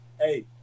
Hey